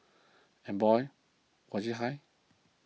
and boy was it high